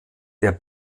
der